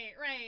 right